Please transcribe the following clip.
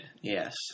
Yes